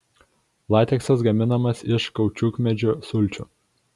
lateksas gaminamas iš kaučiukmedžių sulčių